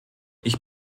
ich